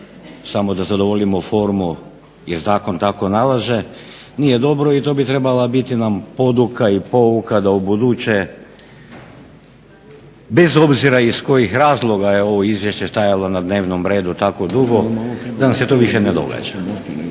samo da zadovoljimo formu jer Zakon tako nalaže, nije dobro i to bi trebala biti poduka i pouka da ubuduće bez obzira iz kojih razloga je ovo Izvješće stajalo na dnevnom redu tako dugo, da nam se to više ne događa.